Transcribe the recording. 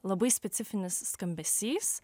labai specifinis skambesys